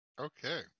Okay